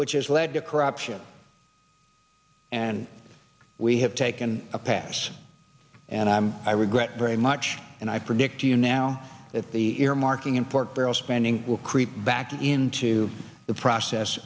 which has led to corruption and we have taken a pass and i'm i regret very much and i predict to you now that the earmarking and pork barrel spending will creep back into the process